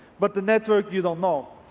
but the network you don't know,